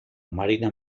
marina